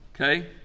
Okay